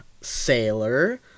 sailor